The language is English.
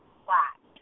flat